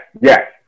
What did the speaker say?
yes